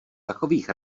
takových